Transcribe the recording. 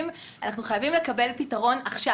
אנחנו חייבים לקבל פתרון עכשיו,